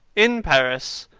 in paris,